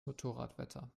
motorradwetter